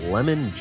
Lemon